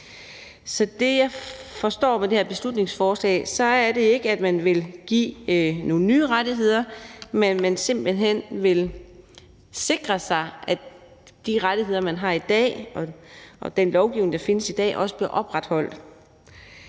Så det, jeg forstår ved det her beslutningsforslag, er ikke, at man vil give nogle nye rettigheder, men at man simpelt hen vil sikre sig, at de rettigheder, man har i dag – den lovgivning, der findes i dag – også bliver overholdt.